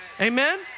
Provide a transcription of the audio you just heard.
amen